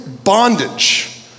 bondage